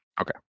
Okay